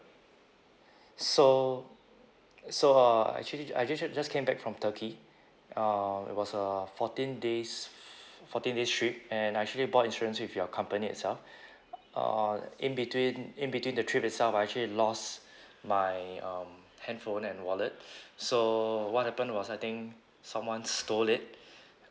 so so uh actually I ju~ ju~ just came back from turkey um it was a fourteen days f~ fourteen days trip and I actually bought insurance with your company itself uh in between in between the trip itself I actually lost my um handphone and wallet so what happened was I think someone stole it